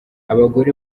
abagore